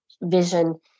vision